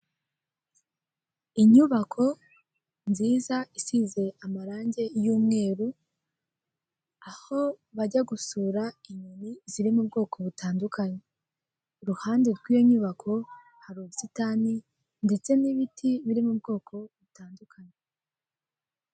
Inyubako nziza isize amarange y'umweru, aho bajya gusura inyoni ziri mubwoko butandukanye, iruhande rwiyo nyubako hari ubusitani ndetse n'ibiti biri mubwoko butandukanye.